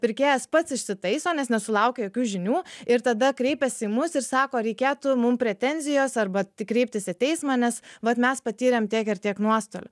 pirkėjas pats išsitaiso nes nesulaukia jokių žinių ir tada kreipiasi į mus ir sako reikėtų mum pretenzijos arba tik kreiptis į teismą nes vat mes patyrėm tiek ir tiek nuostolių